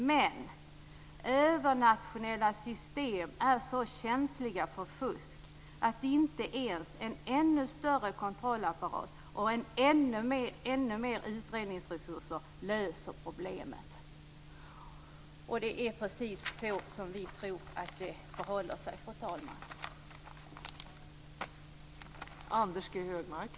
Men övernationella system är så känsliga för fusk att inte ens en ännu större kontrollapparat och ännu mer utredningsresurser löser problemet. Det är precis så som vi tror att det förhåller sig, fru talman.